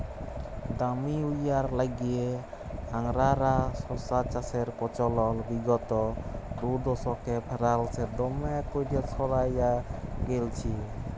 দামি হউয়ার ল্যাইগে আংগারা শশা চাষের পচলল বিগত দুদশকে ফারাল্সে দমে ক্যইরে ছইড়ায় গেঁইলছে